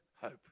hope